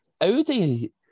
Audi